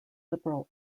liberal